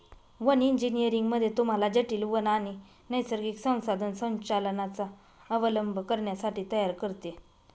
one engineering मध्ये तुम्हाला जटील वन आणि नैसर्गिक संसाधन संचालनाचा अवलंब करण्यासाठी तयार करते